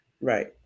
Right